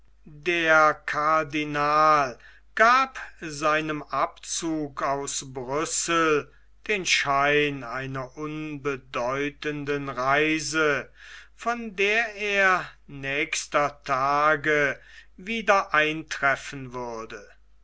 der cardinal gab seinem abzug aus brüssel den schein einer unbedeutenden reise von der er nächster tage wieder eintreffen würde